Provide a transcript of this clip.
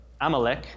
Amalek